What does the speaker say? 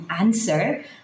answer